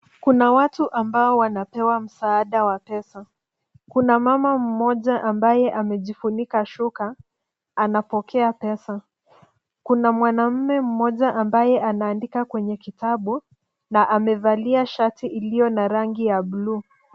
Kuna watu ambao wanapewa msaada wa pesa, kuna mama mmoja ambaye amejifunika shuka anapokea pesa. Kuna mwanaume mmoja ambaye anaandika kwenye kitabu na amevalia shati iliyo na rangi ya blue .